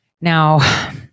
Now